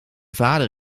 vader